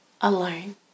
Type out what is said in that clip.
alone